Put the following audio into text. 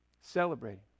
celebrating